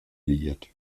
liiert